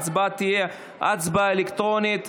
ההצבעה תהיה הצבעה אלקטרונית.